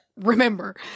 remember